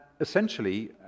essentially